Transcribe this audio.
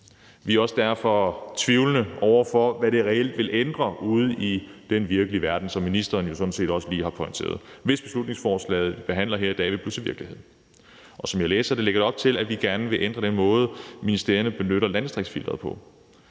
Vi er også derfor tvivlende over for, hvad det reelt vil ændre ude i den virkelige verden, som ministeren jo sådan set også lige har pointeret, hvis beslutningsforslaget, vi behandler her i dag, bliver til virkelighed. Som jeg læser det, lægger det op til, at man gerne vil ændre den måde, ministerierne benytter landdistriktsfilteret på.